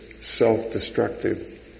self-destructive